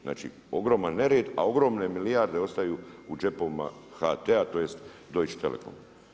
Znači, ogroman nered, a ogromne milijarde ostaju u džepovima HT-a, tj. Deutsche telekom.